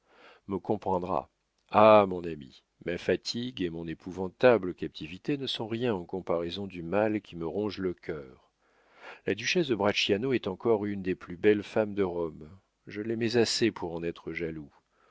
me comprendras ah mon ami ma fatigue et mon épouvantable captivité ne sont rien en comparaison du mal qui me ronge le cœur la duchesse de bracciano est encore une des plus belles femmes de rome je l'aimais assez pour en être jaloux